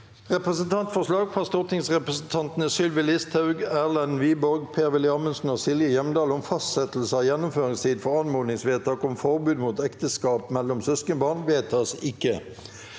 Representantforslag fra stortingsrepresentantene Sylvi Listhaug, Erlend Wiborg, Per-Willy Amundsen og Silje Hjemdal om fastsettelse av gjennomføringstid for anmodningsvedtak om forbud mot ekteskap mellom søskenbarn – vedtas ikke.